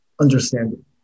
understanding